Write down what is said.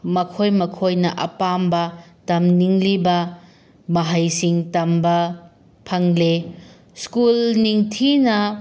ꯃꯈꯣꯏ ꯃꯈꯣꯏꯅ ꯑꯄꯥꯝꯕ ꯇꯝꯅꯤꯡꯂꯤꯕ ꯃꯍꯩꯁꯤꯡ ꯇꯝꯕ ꯐꯪꯂꯤ ꯁ꯭ꯀꯨꯜ ꯅꯤꯡꯊꯤꯅ